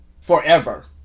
forever